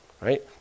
Right